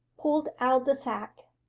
pulled out the sack,